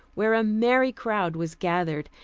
where a merry crowd was gathered,